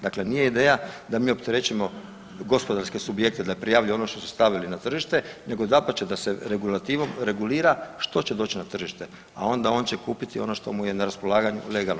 Dakle, nije ideja da mi opterećujemo gospodarske subjekte da prijavi ono što su stavili na tržište, nego dapače da se regulativom regulira što će doći na tržište, a onda on će kupiti ono što mu je na raspolaganju legalno.